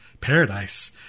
paradise